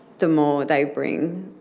the more they bring,